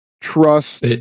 Trust